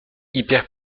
hyper